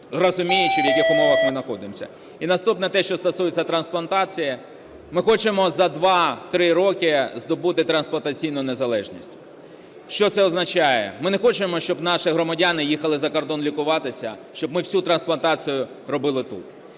розуміючи, в яких умовах ми находимось. І наступне. Те, що стосується трансплантації. Ми хочемо за 2-3 роки здобути трансплантаційну незалежність. Що це означає. Ми не хочемо, щоб наші громадяни їхали за кордон лікуватися, щоб ми всю трансплантацію робили тут.